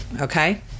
okay